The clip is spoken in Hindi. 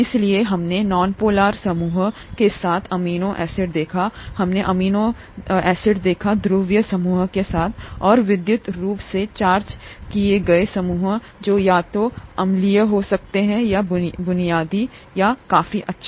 इसलिए हमने नॉनपोलर समूहों के साथ एमिनो एसिड देखा हमने एमिनो देखा ध्रुवीय समूहों के साथ एसिड और विद्युत रूप से चार्ज किए गए समूह जो या तो अम्लीय हो सकते हैं या बुनियादी यह काफी अच्छा है